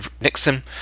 Nixon